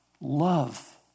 love